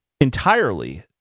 entirely